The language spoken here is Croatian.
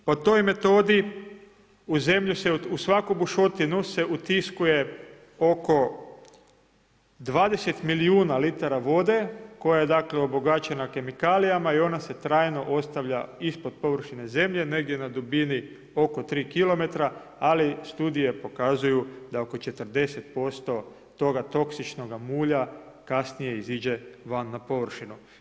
Po toj metodi u zemlju se u svaku bušotinu utiskuje oko 20 milijuna litara vode koja je obogaćena kemikalijama i ona se trajno ostavlja ispod površine zemlje, negdje na dubini oko 3 kilometra ali studije pokazuju da oko 40% toga toksičnog mulja kasnije iziđe van na površinu.